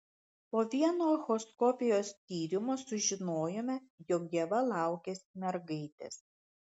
po vieno echoskopijos tyrimo sužinojome jog ieva laukiasi mergaitės